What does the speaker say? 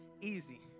Easy